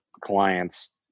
clients